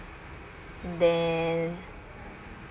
then